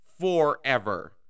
forever